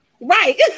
Right